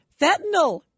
fentanyl